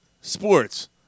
sports